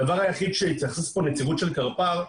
הדבר היחיד שהתייחס פה הנציג של קרפ"ר,